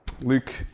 Luke